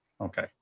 Okay